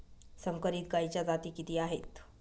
संकरित गायीच्या जाती किती आहेत?